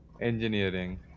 Engineering